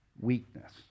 weakness